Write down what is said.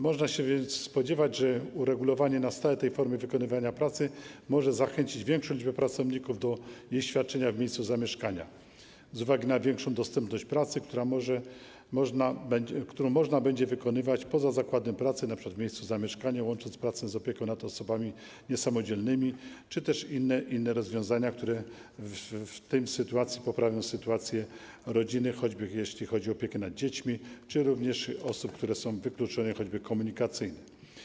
Można się spodziewać, że uregulowanie na stałe tej formy wykonywania pracy może zachęcić większą liczbę pracowników do jej świadczenia w miejscu zamieszkania z uwagi na większą dostępność pracy, którą można będzie wykonywać poza zakładem pracy, np. w miejscu zamieszkania, łącząc pracę z opieką nad osobami niesamodzielnymi, czy też na inne rozwiązania, które w tej sytuacji poprawią sytuację rodzin, jeśli chodzi choćby o opiekę nad dziećmi, czy osób, które są wykluczone, choćby komunikacyjnie.